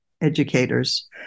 educators